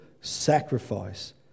sacrifice